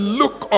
look